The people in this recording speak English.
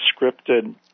scripted